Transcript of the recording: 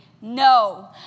No